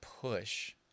push